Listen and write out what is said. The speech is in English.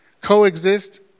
Coexist